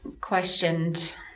questioned